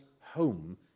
home